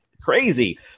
Crazy